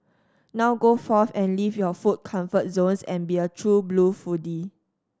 now go forth and leave your food comfort zones and be a true blue foodie